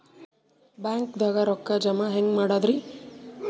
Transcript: ಬ್ಯಾಂಕ್ದಾಗ ರೊಕ್ಕ ಜಮ ಹೆಂಗ್ ಮಾಡದ್ರಿ?